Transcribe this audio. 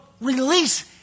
release